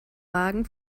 wagen